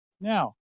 Now